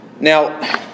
Now